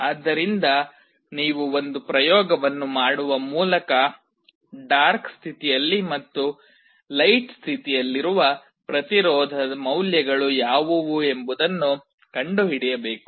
ಆದ್ದರಿಂದ ನೀವು ಒಂದು ಪ್ರಯೋಗವನ್ನು ಮಾಡುವ ಮೂಲಕ ಡಾರ್ಕ್ ಸ್ಥಿತಿಯಲ್ಲಿ ಮತ್ತು ಲೈಟ್ ಸ್ಥಿತಿಯಲ್ಲಿರುವ ಪ್ರತಿರೋಧ ಮೌಲ್ಯಗಳು ಯಾವುವು ಎಂಬುದನ್ನು ಕಂಡುಹಿಡಿಯಬೇಕು